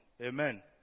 Amen